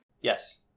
Yes